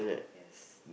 yes